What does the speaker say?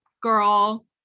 Girl